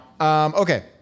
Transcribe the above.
Okay